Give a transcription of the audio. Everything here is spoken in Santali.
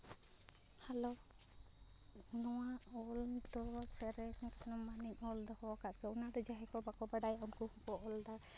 ᱦᱮᱞᱳ ᱱᱚᱣᱟ ᱚᱞ ᱫᱚ ᱥᱮᱨᱮᱧ ᱨᱮᱱᱟᱜ ᱢᱟᱱᱮᱧ ᱚᱞ ᱫᱚᱦᱚ ᱠᱟᱫ ᱜᱮᱭᱟ ᱚᱱᱟ ᱫᱚ ᱡᱟᱦᱟᱸᱭ ᱠᱚ ᱵᱟᱠᱚ ᱵᱟᱰᱟᱭᱟ ᱩᱱᱠᱩ ᱠᱚ ᱚᱞᱫᱟ